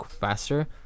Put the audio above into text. faster